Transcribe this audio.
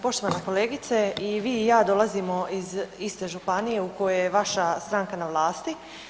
Poštovana kolegice i vi i ja dolazimo iz iste županije u kojoj je vaša stranka na vlasti.